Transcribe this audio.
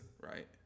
right